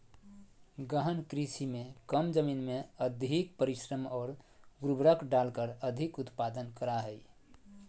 गहन कृषि में कम जमीन में अधिक परिश्रम और उर्वरक डालकर अधिक उत्पादन करा हइ